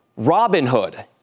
Robinhood